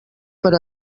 per